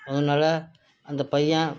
அதனால அந்த பையன்